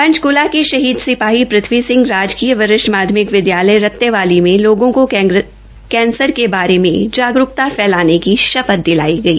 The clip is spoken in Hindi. पंचकल्ग के शहीद सिपाही पृथ्वी सिंह राजकीय वरिष्ठ माध्यमिक विद्यालय रत्तेवाली में लोगों को कैंसर के बारे में जागरूक्ता फैलाने की शपथ दिलाई गई